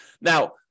Now